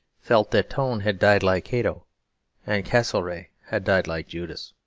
felt that tone had died like cato and castlereagh had died like judas.